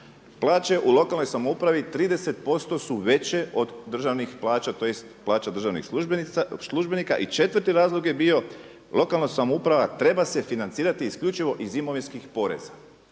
Plaće u lokalnoj samoupravi 30% su veće od državnih plaća, tj. plaća državnih službenika. I četvrti razlog je bio lokalna samouprava treba se financirati isključivo iz imovinskih poreza.